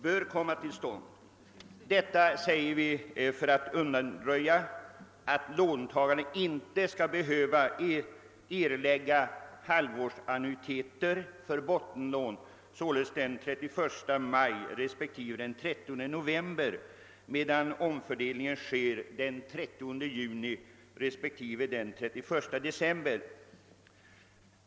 Vi önskar undanröja det missförhållandet att låntagare skall behöva erlägga halvårsannuiteter för bottenlån den 31 maj respektive den 30 november medan omfördelningen av lånekostnaderna sker den 30 juni respektive den 31 december.